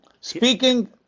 Speaking